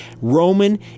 Roman